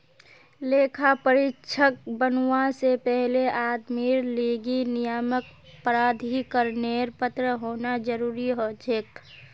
लेखा परीक्षक बनवा से पहले आदमीर लीगी नियामक प्राधिकरनेर पत्र होना जरूरी हछेक